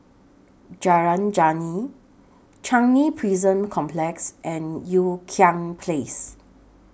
Jalan Geneng Changi Prison Complex and Ean Kiam Place